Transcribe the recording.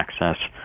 access